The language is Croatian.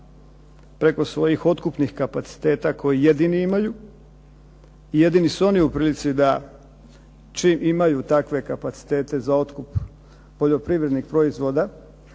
preko svojih otkupnih kapaciteta koji jedini imaju i jedini su oni u prilici da čim imaju takve kapacitete za otkup poljoprivrednih proizvoda,